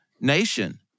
nation